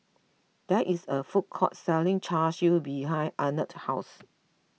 there is a food court selling Char Siu behind Arnett's house